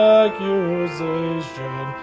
accusation